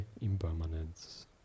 impermanence